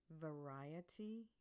variety